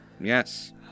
Yes